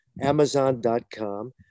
amazon.com